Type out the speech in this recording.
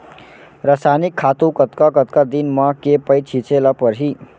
रसायनिक खातू कतका कतका दिन म, के पइत छिंचे ल परहि?